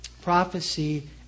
Prophecy